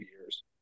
years